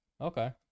Okay